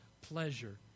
pleasure